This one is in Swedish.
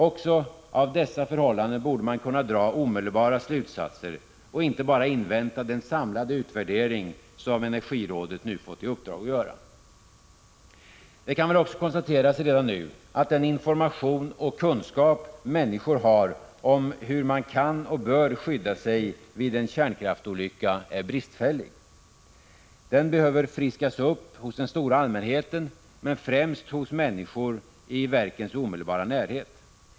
Också av dessa förhållanden borde man kunna dra omedelbara slutsatser och inte bara invänta den samlade utvärdering som energirådet nu fått i uppdrag att göra. Det kan väl också konstateras redan nu att den information och den kunskap människor har om hur man kan och bör skydda sig vid en kärnkraftsolycka är bristfällig. Den behöver friskas upp hos den stora allmänheten men främst hos människor i verkens omedelbara närhet.